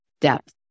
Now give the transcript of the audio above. depth